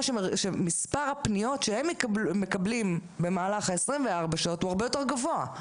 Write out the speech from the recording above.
שמספר הפניות שהם מקבלים במהלך 24 שעות הוא הרבה יותר גבוה.